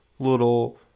little